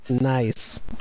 nice